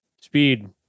speed